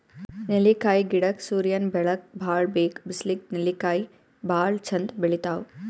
ನೆಲ್ಲಿಕಾಯಿ ಗಿಡಕ್ಕ್ ಸೂರ್ಯನ್ ಬೆಳಕ್ ಭಾಳ್ ಬೇಕ್ ಬಿಸ್ಲಿಗ್ ನೆಲ್ಲಿಕಾಯಿ ಭಾಳ್ ಚಂದ್ ಬೆಳಿತಾವ್